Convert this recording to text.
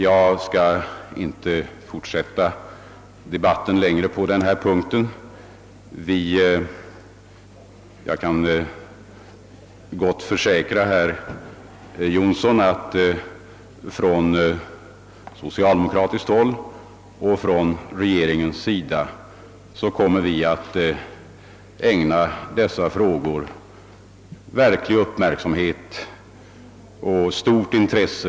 Jag skall inte fortsätta debatten längre på denna punkt. Jag kan dock försäkra herr Jonsson, att när pensionsförsäkringskommitténs förslag föreligger kommer vi från socialdemokratiskt håll och från regeringens sida att ägna dessa frågor stor uppmärksamhet och stort intresse.